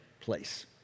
place